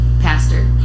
pastor